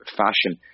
fashion